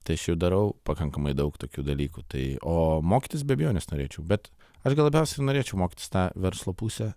tai darau pakankamai daug tokių dalykų tai o mokytis be abejonės norėčiau bet aš gal labiausiai ir norėčiau mokytis tą verslo pusę